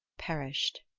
perished.